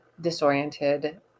disoriented